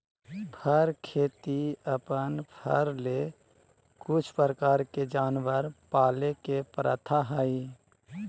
फर खेती अपन फर ले कुछ प्रकार के जानवर पाले के प्रथा हइ